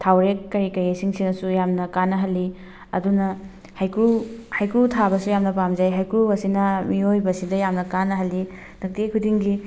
ꯊꯥꯎꯔꯦꯛ ꯀꯩꯀꯩꯁꯤꯡꯁꯤꯗꯁꯨ ꯌꯥꯝꯅ ꯀꯥꯟꯅꯍꯜꯂꯤ ꯑꯗꯨꯅ ꯍꯩꯀ꯭ꯔꯨ ꯍꯩꯀ꯭ꯔꯨ ꯊꯥꯕꯁꯨ ꯌꯥꯝꯅ ꯄꯥꯝꯖꯩ ꯍꯩꯀ꯭ꯔꯨ ꯑꯁꯤꯅ ꯃꯤꯑꯣꯏꯕꯁꯤꯗ ꯌꯥꯝꯅ ꯀꯥꯟꯅꯍꯜꯂꯤ ꯅꯨꯡꯇꯤ ꯈꯨꯗꯤꯡꯒꯤ